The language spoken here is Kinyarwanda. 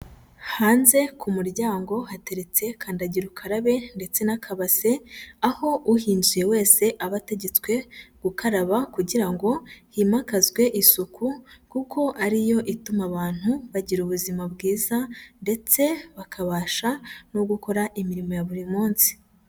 Hanze ku muryango hateretse kandagira ukarabe ndetse n'akabase, aho uhinjiye wese aba ategetswe gukaraba kugira ngo himakazwe isuku kuko ariyo ituma abantu bagira ubuzima bwiza ndetse bakabasha no gukora imirimo ya buri munsi.